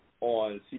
on